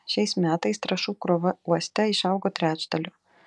šiais metais trąšų krova uoste išaugo trečdaliu